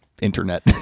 internet